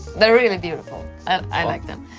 they're really beautiful, i like them.